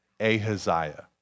Ahaziah